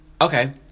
okay